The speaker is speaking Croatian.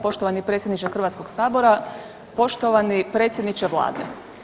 Poštovani predsjedniče Hrvatskog sabora, poštovani predsjedniče Vlade.